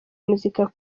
muzika